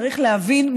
צריך להבין,